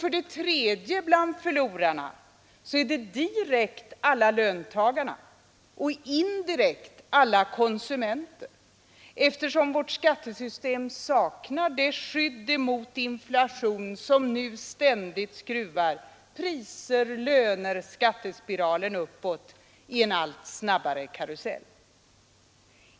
Förlorare är för det tredje direkt alla löntagare och indirekt alla konsumenter, eftersom vårt skattesystem saknar ett skydd mot inflationen, som nu ständigt skruvar priser, löner och skattespiralen uppåt i en allt snabbare karusell.